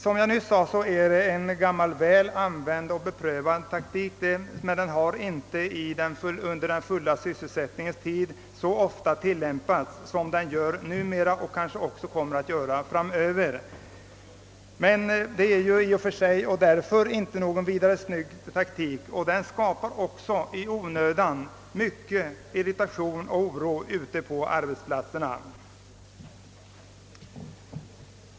Det är som sagt en gammal beprövad taktik, men den har inte tillämpats så ofta under den fulla sysselsättningens tid. Det är inte någon särskilt snygg taktik, och den skapar mycken onödig irritation och oro ute på arbetsplatserna.